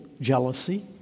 jealousy